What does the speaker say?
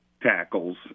tackles